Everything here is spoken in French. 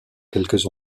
quelques